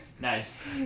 Nice